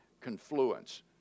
confluence